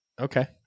Okay